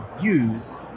use